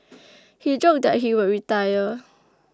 he joked that he would retire